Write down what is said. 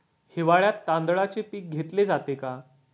हिवाळ्यात तांदळाचे पीक घेतले जाते का?